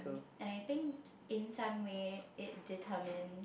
and I think in some way it determines